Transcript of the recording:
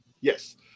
Yes